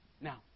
Now